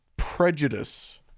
prejudice